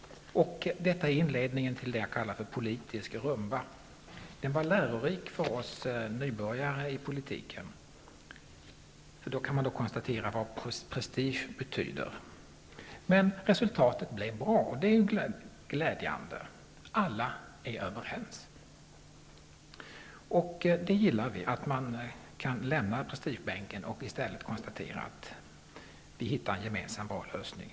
Detta var inledningen till det jag kallar för politisk rumba. Det var lärorikt för oss nybörjare i politiken. Här kan man konstatera vad prestige betyder. Men resultatet blev bra, och det är glädjande. Alla är överens. Vi gillar att man kan lämna prestigebänken och i stället hitta en gemensam bra lösning.